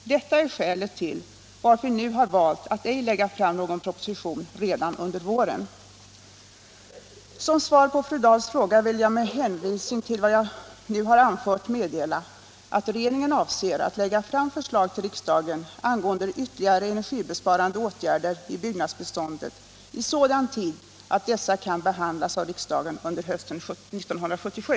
Detta är skälet till att vi nu har valt att ej lägga fram någon proposition redan under våren. Som svar på fru Dahls fråga vill jag med hänvisning till vad jag nu har anfört meddela att regeringen avser att lägga fram förslag till riksdagen angående ytterligare energibesparande åtgärder i byggnadsbeståndet i sådan tid att dessa kan behandlas av riksdagen under hösten 1977.